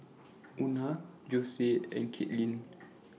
Una Josue and Kaitlin